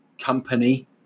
company